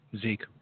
Zeke